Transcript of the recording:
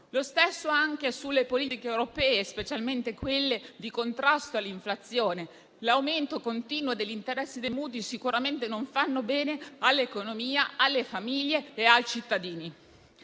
Lo stesso vale anche sulle politiche europee, specialmente quelle di contrasto all'inflazione. L'aumento continuo degli interessi dei mutui sicuramente non fa bene all'economia, alle famiglie e ai cittadini.